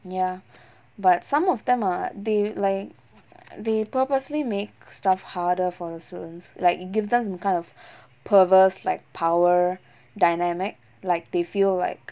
ya but some of them are they like they purposely make stuff harder for the students like it gives them some kind of perverse like power dynamic like they feel like